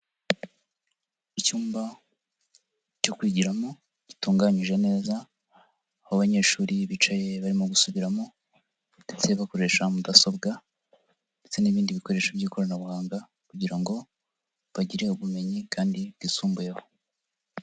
Icyumba cyo kwigiramo gitunganyije neza, aho banyeshuri bicaye barimo gusubiramo ndetse bakoresha mudasobwa ndetse n'ibindi bikoresho by'ikoranabuhanga kugira ngo bagire ubumenyi kandi bwisumbuyeho.